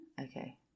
Okay